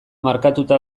markatuta